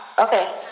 Okay